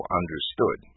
understood